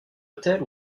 hôtel